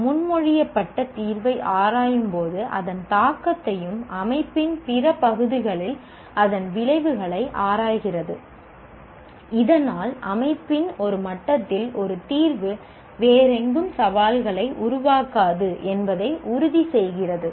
ஒரு முன்மொழியப்பட்ட தீர்வை ஆராயும்போது அதன் தாக்கத்தையும் அமைப்பின் பிற பகுதிகளில் அதன் விளைவுகளை ஆராய்கிறது இதனால் அமைப்பின் ஒரு மட்டத்தில் ஒரு தீர்வு வேறெங்கும் சவால்களை உருவாக்காது என்பதை உறுதி செய்கிறது